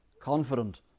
Confident